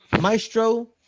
Maestro